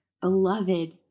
beloved